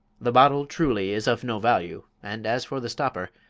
the bottle truly is of no value and as for the stopper,